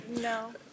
No